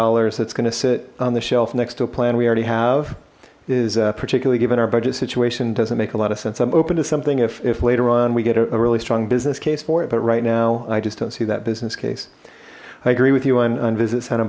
dollars that's going to sit on the shelf next to a plan we already have is particularly given our budget situation doesn't make a lot of sense i'm open to something if later on we get a really strong business case for it but right now i just don't see that business case i agree with you on visit santa